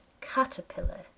caterpillar